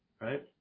Right